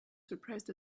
surprised